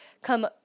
come